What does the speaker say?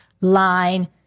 line